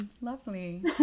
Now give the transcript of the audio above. Lovely